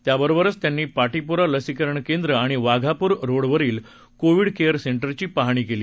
त्या बरोबरच त्यांनी पाटीपुरा लसीकरण केंद्र आणि वाघापूर रोडवरील कोव्हीड केअर सेंटरची पाहणी केली